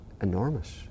enormous